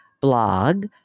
blog